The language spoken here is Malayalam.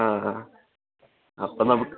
ആ ആ അപ്പം നമുക്ക്